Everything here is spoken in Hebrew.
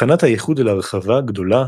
הכנת האיחוד להרחבה גדולה